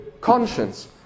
conscience